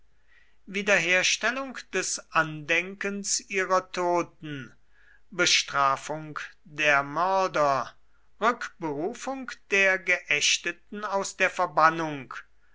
wiederherstellung des andenkens ihrer toten bestrafung der mörder rückberufung der geächteten aus der verbannung